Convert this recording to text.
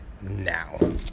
now